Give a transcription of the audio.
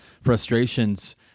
frustrations